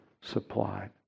supplied